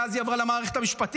ואז היא עברה למערכת המשפטית,